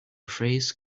phrase